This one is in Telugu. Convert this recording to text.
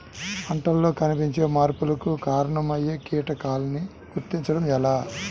పంటలలో కనిపించే మార్పులకు కారణమయ్యే కీటకాన్ని గుర్తుంచటం ఎలా?